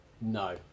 No